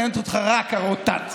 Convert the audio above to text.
מעניינת אותך רק הרוטציה.